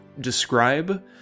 describe